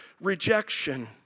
rejection